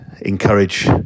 encourage